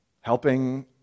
helping